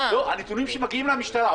לא, הנתונים שמגיעים למשטרה.